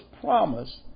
promise